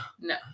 No